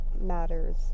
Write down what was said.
matters